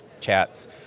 chats